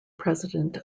president